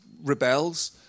rebels